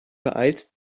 beeilst